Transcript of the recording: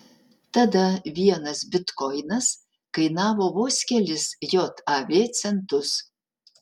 tada vienas bitkoinas kainavo vos kelis jav centus